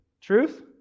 Truth